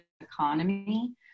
economy